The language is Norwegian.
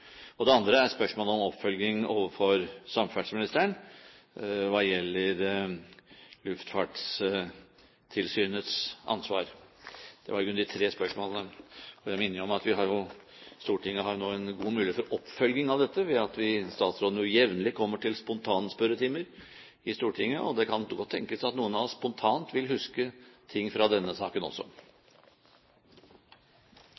Det andre er spørsmålet om oppfølging overfor samferdselsministeren hva gjelder Luftfartstilsynets ansvar. Det var i grunnen de tre spørsmålene. Jeg minner om at Stortinget jo nå har en god mulighet til oppfølging av dette ved at statsråden jevnlig kommer til spontanspørretimer i Stortinget. Det kan godt tenkes at noen av oss spontant vil huske ting fra denne saken også.